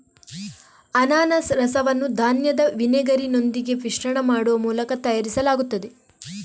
ಅನಾನಸ್ ರಸವನ್ನು ಧಾನ್ಯದ ವಿನೆಗರಿನೊಂದಿಗೆ ಮಿಶ್ರಣ ಮಾಡುವ ಮೂಲಕ ತಯಾರಿಸಲಾಗುತ್ತದೆ